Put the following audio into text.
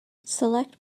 select